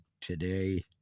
today